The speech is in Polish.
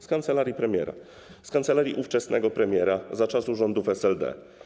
Z kancelarii premiera, z kancelarii ówczesnego premiera za czasu rządów SLD.